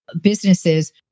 businesses